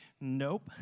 Nope